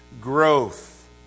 growth